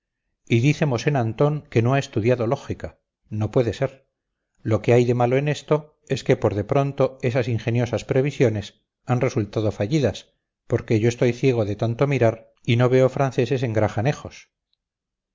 dice mosén antón que no ha estudiado lógica no puede ser lo que hay de malo en esto es que por de pronto esas ingeniosas previsiones han resultado fallidas porque yo estoy ciego de tanto mirar y no veo franceses en